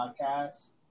podcast